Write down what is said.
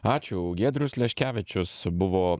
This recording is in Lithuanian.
ačiū giedrius leškevičius buvo